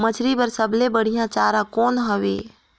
मछरी बर सबले बढ़िया चारा कौन हवय?